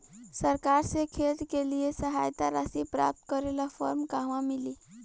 सरकार से खेत के लिए सहायता राशि प्राप्त करे ला फार्म कहवा मिली?